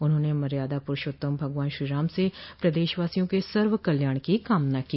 उन्होंने मर्यादा पुरूषोत्तम भगवान श्रीराम से प्रदेशवासियों के सर्व कल्याण की कामना की